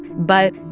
but.